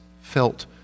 felt